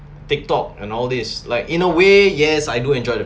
tiktok and all these like in a way yes I do enjoy the